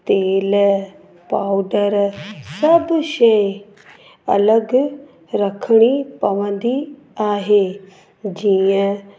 तेलु पाउडर सभु शइ अलॻि रखणी पवंदी आहे जीअं